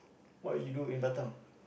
what you do in Batam